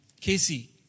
Casey